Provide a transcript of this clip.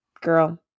Girl